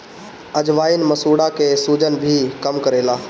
अजवाईन मसूड़ा के सुजन भी कम करेला